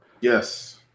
Yes